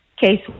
case